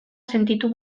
sentitu